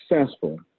successful